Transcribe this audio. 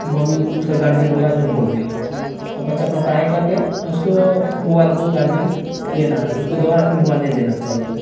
mummy उसका guardian होगा जो बोल देगा और बच्चा अपना पढ़ाई करके उसको मोबाइल को गार्जियन लेना है उसको दोबारा फिर मोबाइल नहीं देना चाहिए